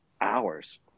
hours